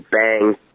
Bang